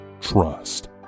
trust